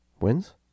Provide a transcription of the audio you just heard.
wins